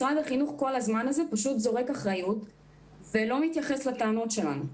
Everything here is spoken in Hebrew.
ומשרד החינוך כל הזמן הזה זורק אחריות ולא מתייחס לטענות שלנו.